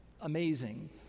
amazing